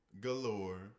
galore